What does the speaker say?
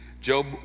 Job